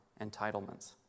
entitlements